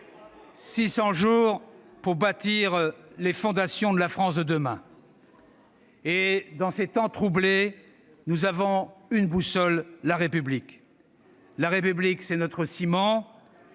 600 jours pour bâtir les fondations de la France de demain. « Dans ces temps troublés, nous avons une boussole : la République. » Ne la perdez pas ! Quelle